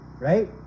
right